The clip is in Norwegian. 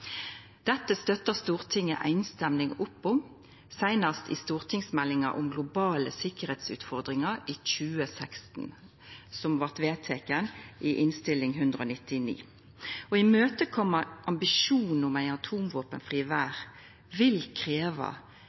Dette støtta Stortinget samrøystes opp om seinast i Innst. S. 199 for 2015–2016, i samband med behandlinga av stortingsmeldinga om globale sikkerheitsutfordringar i 2016. Å koma ambisjonen om ei atomvåpenfri verd i møte vil krevja